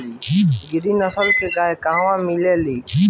गिरी नस्ल के गाय कहवा मिले लि?